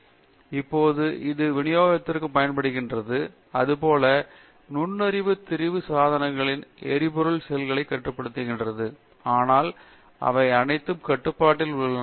பேராசிரியர் டி ரெங்கநாதன் இப்போது அது என்ன விநியோகிப்பிற்கு பயன்படுகிறது அதேபோல் நுண்ணிய திரவ சாதனங்களின் எரிபொருள் செல்களைக் கட்டுப்படுத்துகிறது ஆனால் அவை அனைத்தும் கட்டுப்பாட்டில் உள்ளன